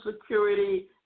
security